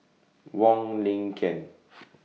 Wong Lin Ken